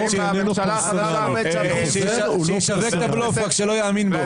שישווק את הבלוף, רק שלא יאמין בו.